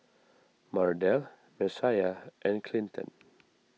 Mardell Messiah and Clinton